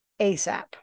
ASAP